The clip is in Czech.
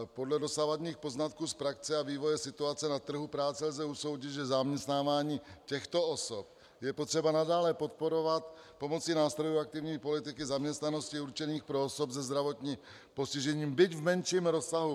Podle dosavadních poznatků z praxe a vývoje situace na trhu práce lze usoudit, že zaměstnávání těchto osob je potřeba nadále podporovat pomocí nástrojů aktivní politiky zaměstnanosti určených pro osoby se zdravotním postižením, byť v menším rozsahu.